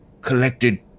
collected